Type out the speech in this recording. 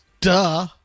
Duh